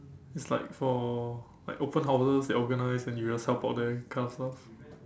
it's like for like open houses they organize then you just help out there kind of stuff